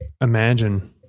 imagine